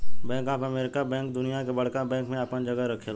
bank of America bank दुनिया के बड़का बैंक में आपन जगह रखेला